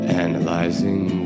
analyzing